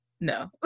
no